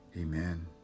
Amen